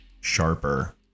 sharper